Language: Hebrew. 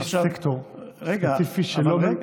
יש סקטור ספציפי שנופל,